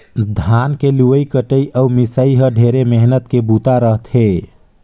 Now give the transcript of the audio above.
धान के लुवई कटई अउ मिंसई ह ढेरे मेहनत के बूता रह थे